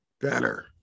better